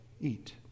eat